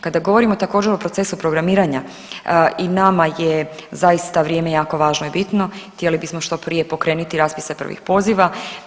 Kada govorimo također o procesu programiranja i nama je zaista vrijeme jako važno i bitno, htjeli bismo što prije pokrenuti raspise prvih poziva.